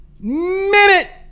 Minute